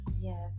Yes